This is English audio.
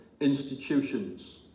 institutions